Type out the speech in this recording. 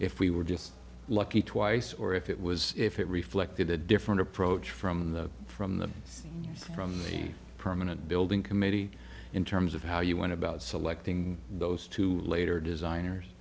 if we were just lucky twice or if it was if it reflected a different approach from the from the from the permanent building committee in terms of how you want about selecting those two later designers